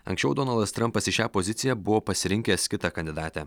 anksčiau donaldas trampas į šią poziciją buvo pasirinkęs kitą kandidatę